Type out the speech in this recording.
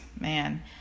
man